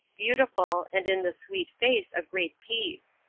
beautiful, and in the sweet face a great peace.